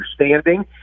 understanding